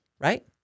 right